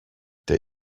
der